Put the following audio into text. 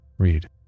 read